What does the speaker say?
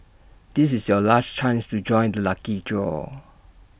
this is your last chance to join the lucky draw